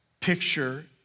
picture